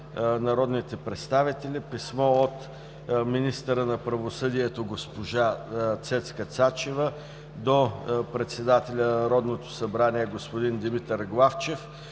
народните представители писмо от министъра на правосъдието госпожа Цецка Цачева до председателя на Народното събрание господин Димитър Главчев: